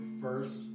first